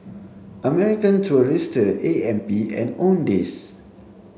American Tourister A M P and Owndays